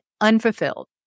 unfulfilled